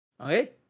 Okay